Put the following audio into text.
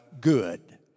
good